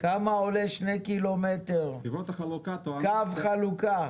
כמה עולה 2 קילומטר קו חלוקה?